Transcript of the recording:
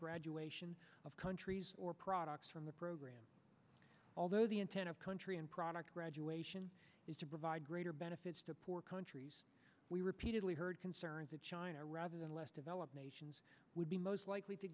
graduation of countries or products from the program although the intent of country and product graduation is to provide greater benefits to poor countries we repeatedly heard concerns that china rather than less developed nations would be most likely to